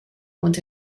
und